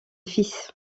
fils